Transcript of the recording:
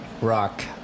rock